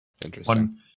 Interesting